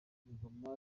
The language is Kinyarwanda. ingoma